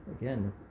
Again